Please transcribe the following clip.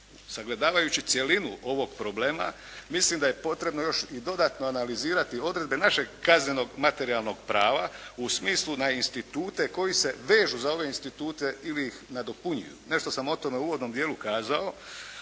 sagledavajući cjelinu ovog problema mislim da je potrebno još i dodatno analizirati odredbe našeg kaznenog materijalnog prava u smislu na institute koji se vežu na ove institute ili ih nadopunjuju. Nešto sam o tome u uvodnom dijelu kazao